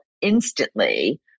instantly